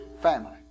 family